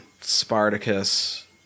Spartacus